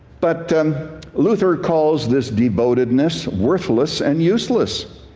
but luther calls this devotedness worthless and useless,